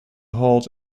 hold